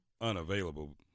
unavailable